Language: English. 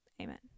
Amen